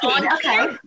okay